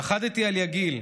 פחדתי על יגיל,